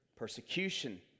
Persecution